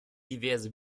diverse